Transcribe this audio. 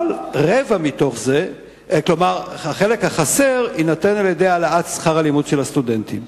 אבל החלק החסר יינתן על-ידי העלאת שכר הלימוד של הסטודנטים.